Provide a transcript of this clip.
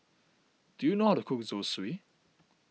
do you know how to cook Zosui